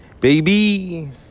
Baby